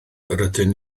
rydyn